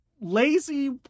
lazy